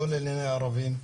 לא לענייני ערבים,